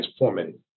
transformative